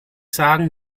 sagen